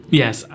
yes